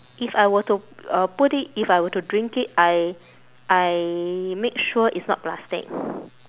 if I were to uh put it if I were to drink it I I make sure it's not plastic